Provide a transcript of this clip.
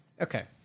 Okay